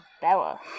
Bella